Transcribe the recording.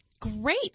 Great